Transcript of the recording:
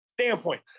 standpoint